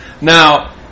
Now